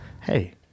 Hey